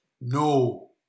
no